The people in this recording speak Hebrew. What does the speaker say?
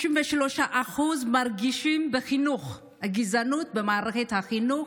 63% מרגישים גזענות במערכת החינוך,